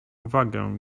uwagę